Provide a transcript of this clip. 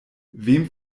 wem